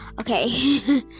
okay